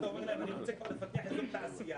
אם היישוב מצליח, אני בבעיה, אני מקבל פחות תקציב.